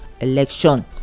election